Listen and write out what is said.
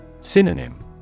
Synonym